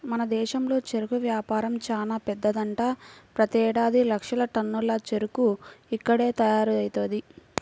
మన దేశంలో చెరుకు వ్యాపారం చానా పెద్దదంట, ప్రతేడాది లక్షల టన్నుల చెరుకు ఇక్కడ్నే తయారయ్యిద్ది